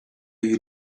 you